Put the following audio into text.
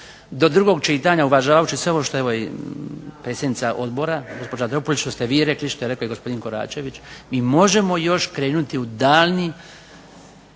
do drugog čitanja uvažavajući sve ovo što je i predsjednica Dropulić što ste vi rekli što je rekao i gospodin Koračević mi možemo još krenuti u daljnje